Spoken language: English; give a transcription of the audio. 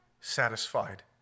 satisfied